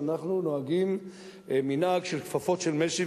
שאנחנו נוהגים מנהג של כפפות של משי,